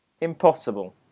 Impossible